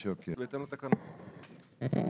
אני מבין שיש פה תיקון,